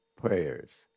prayers